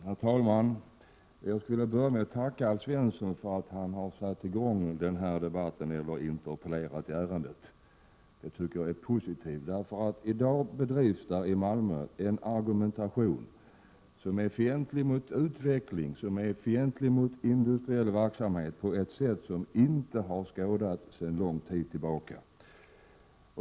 Herr talman! Jag vill börja med att tacka Alf Svensson för att han har satt i gång den här debatten genom att interpellera i ärendet. Det tycker jag är positivt, eftersom det i dag bedrivs en argumentation i Malmö som är fientlig mot utveckling och industriell verksamhet på ett sätt som inte har skådats sedan lång tid tillbaka.